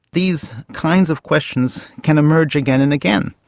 these kinds of questions can emerge again and again.